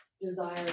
desire